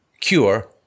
cure